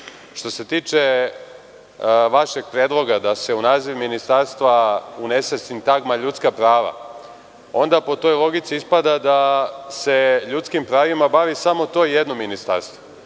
se tiče vašeg predloga da se u naziv ministarstva unese sintagma ljudska prava, onda po toj logici ispada da se ljudskim pravima bavi samo to jedno ministarstvo.